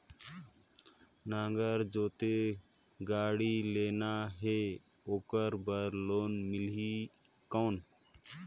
नागर जोते गाड़ी लेना हे ओकर बार लोन मिलही कौन?